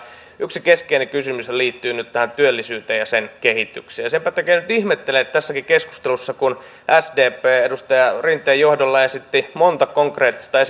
yksi keskeinen kysymyshän liittyy nyt tähän työllisyyteen ja sen kehitykseen senpä takia nyt ihmettelen että vaikka tässäkin keskustelussa sdp edustaja rinteen johdolla esitti monta konkreettista